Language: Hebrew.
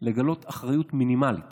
לגלות אחריות מינימלית